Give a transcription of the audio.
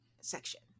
Section